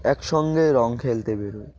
একসঙ্গে রঙ খেলতে বেরোয়